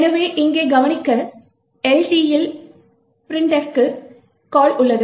எனவே இங்கே கவனிக்க LTயில் printf க்கு கால் உள்ளது